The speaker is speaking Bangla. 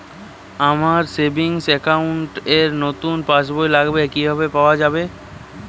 আমার সেভিংস অ্যাকাউন্ট র নতুন পাসবই লাগবে, কিভাবে পাওয়া যাবে?